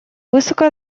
высоко